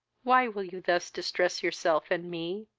why will you thus distress yourself and me?